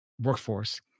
workforce